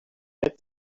had